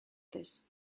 this